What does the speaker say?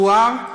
מכוער.